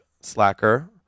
Slacker